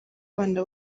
bana